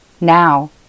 Now